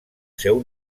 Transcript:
seu